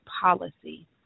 policy